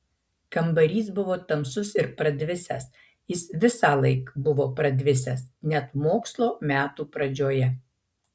kambarys buvo tamsus ir pradvisęs jis visąlaik buvo pradvisęs net mokslo metų pradžioje